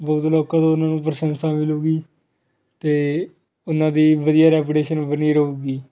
ਬਹੁਤ ਲੋਕਾਂ ਤੋਂ ਉਹਨਾਂ ਨੂੰ ਪ੍ਰਸ਼ੰਸਾ ਮਿਲੇਗੀ ਅਤੇ ਉਹਨਾਂ ਦੀ ਵਧੀਆ ਰੈਪੂਟੇਸ਼ਨ ਬਣੀ ਰਹੇਗੀ